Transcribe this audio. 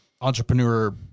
entrepreneur